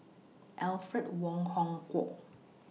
Alfred Wong Hong Kwok